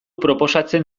proposatzen